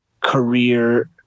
career